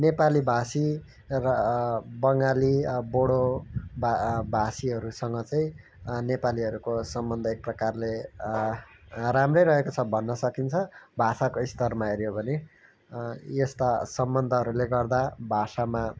नेपाली भाषी र बङ्गाली बोडो भाषीहरूसँग चाहिँ नेपालीहरूको सम्बन्ध एकप्रकारले राम्रै रहेको भन्न सकिन्छ भाषाको स्तरमा हेऱ्यो भने यस्ता सम्बन्धहरूले गर्दा भाषामा